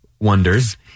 wonders